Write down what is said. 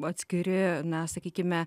atskiri na sakykime